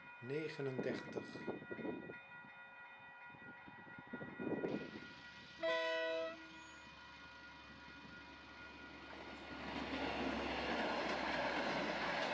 twee en dertig